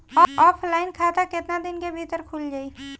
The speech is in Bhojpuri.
ऑफलाइन खाता केतना दिन के भीतर खुल जाई?